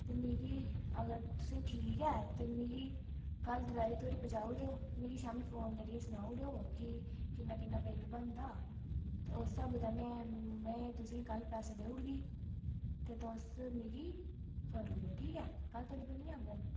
ते मिगी अगर तुसें गी ठीक ऐ ते मिगी कल दपैह्री धोड़ी पजाऊ उड़ेओ मिगी शाम्मी फोन करियै सनाऊ उड़ेओ कि किन्ना किन्ना बिल बनदा ते उस स्हाबा कन्नै में तुसें गी कल पैसे देई उड़गी ते तुस मिगी करू उड़ेओ ठीक ऐ कल धोड़ी बनी जाङन